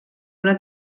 una